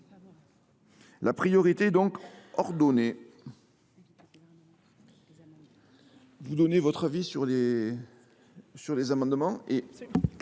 La priorité est ordonnée.